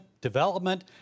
development